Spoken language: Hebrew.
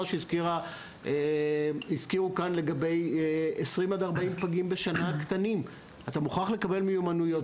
שהזכירו כאן לגבי 20 עד 40 פגים קטנים בשנה אתה מוכרח לקבל מיומנויות.